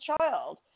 child